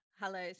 Hello